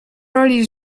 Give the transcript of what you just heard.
roli